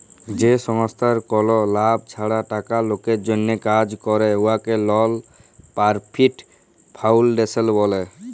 যে সংস্থার কল লাভ ছাড়া টাকা লকের জ্যনহে কাজ ক্যরে উয়াকে লল পরফিট ফাউল্ডেশল ব্যলে